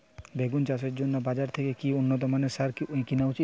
বেগুন চাষের জন্য বাজার থেকে কি উন্নত মানের সার কিনা উচিৎ?